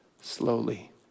slowly